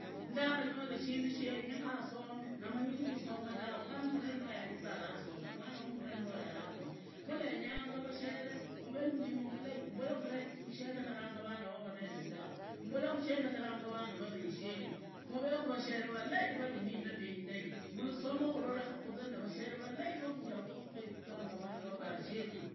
Ndakanyola shindu shenyekaa some, naamangiri kusoma tawe, mwana wa marendeoyo alizaa arasomea, mwana wamurendoyo anakhonya khundenyanga vashere muve ne mima milei mbule kushendekeranga vana va varende valei, valii niitabia indai, mulasoma khulolekhe khunye nivashere valei vanyalakuvakuekizanga vuna va vasheru.